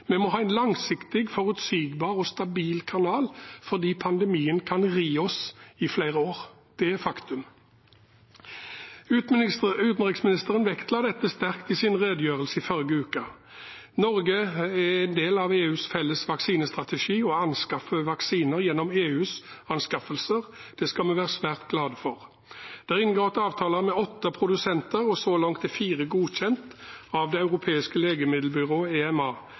Vi må ha en langsiktig, forutsigbar og stabil kanal fordi pandemien kan ri oss i flere år. Det er faktum. Utenriksministeren vektla dette sterkt i sin redegjørelse forrige uke. Norge er en del av EUs felles vaksinestrategi og anskaffer vaksiner gjennom EUs anskaffelser. Det skal vi være svært glade for. Det er inngått avtaler med åtte produsenter, og så langt er fire godkjent av Det europeiske legemiddelbyrået, EMA.